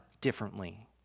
differently